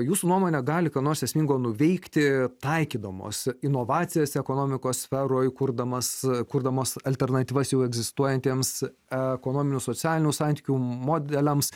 jūsų nuomone gali ką nors esmingo nuveikti taikydamos inovacijas ekonomikos sferoj kurdamas kurdamos alternatyvas jau egzistuojantiems ekonominių socialinių santykių modeliams